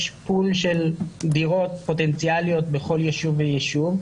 יש פול של דירות פוטנציאליות בכל יישוב ויישוב.